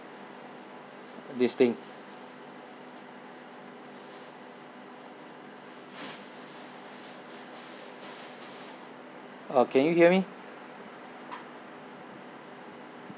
this thing uh can you hear me